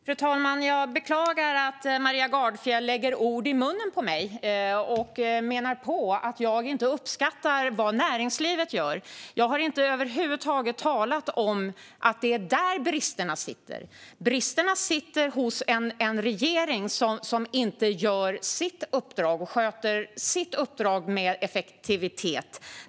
Fru talman! Jag beklagar att Maria Gardfjell lägger ord i munnen på mig och menar att jag inte uppskattar vad näringslivet gör. Men jag har inte över huvud taget talat om att det är där bristerna finns. Bristerna finns hos en regering som inte sköter sitt uppdrag med effektivitet.